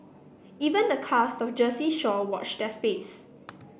even the cast of Jersey Shore watch their space